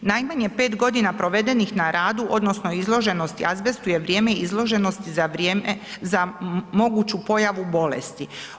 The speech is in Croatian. Najmanje 5 godina provedenih na radu odnosno izloženosti azbestu je vrijeme izloženosti za vrijeme, za moguću pojavu bolesti.